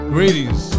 Greetings